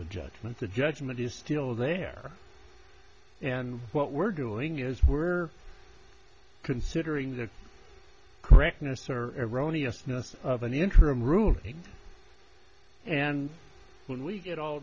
the judgment the judgment is still there and what we're doing is we're considering the correctness or erroneous ness of an interim ruling and when we get all